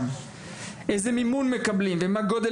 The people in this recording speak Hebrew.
איזה מימון מקבל כל מוסד,